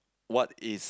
what is